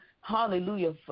Hallelujah